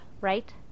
right